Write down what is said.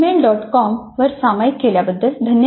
com वर सामायिक केल्याबद्दल धन्यवाद